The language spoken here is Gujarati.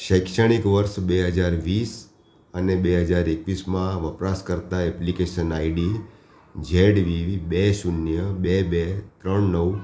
શૈક્ષણિક વર્ષ બે હજાર વીસ અને બે હજાર એકવીસમાં વપરાશકર્તા એપ્લિકેશન આઇડી ઝેડવી બે શૂન્ય બે બે ત્રણ નવ